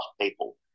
people